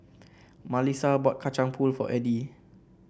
Malissa bought Kacang Pool for Eddy